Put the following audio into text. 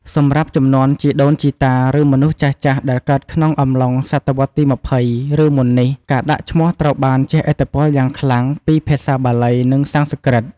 សម្រាប់ជំនាន់ជីដូនជីតា ឬមនុស្សចាស់ៗដែលកើតក្នុងអំឡុងសតវត្សទី២០ ឬមុននេះ ការដាក់ឈ្មោះត្រូវបានជះឥទ្ធិពលយ៉ាងខ្លាំងពី ភាសាបាលី និងសំស្ក្រឹត។